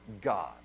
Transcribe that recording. God